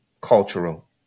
cultural